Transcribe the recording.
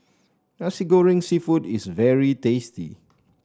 Nasi Goreng seafood is very tasty